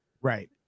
right